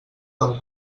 del